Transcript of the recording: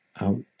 out